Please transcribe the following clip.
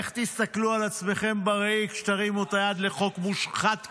איך תסתכלו על עצמכם בראי כשתרימו את היד לחוק מושחת כזה?